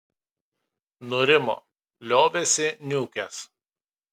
nurimo liovėsi niūkęs